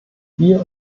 hier